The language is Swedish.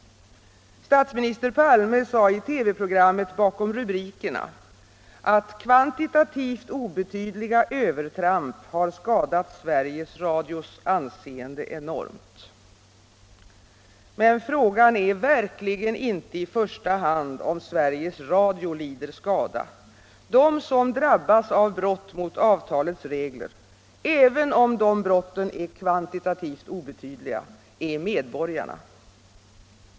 Statsminister Palme sade i TV-programmet ”Bakom rubrikerna” att kvantitativt obetydliga övertramp har skadat Sveriges Radios anseende enormt. Men frågan är verkligen inte i första hand om Sveriges Radio lider skada. De som drabbas av brott mot avtalets regler — även om dessa brott är kvantitativt obetydliga — är medborgarna.